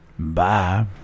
Bye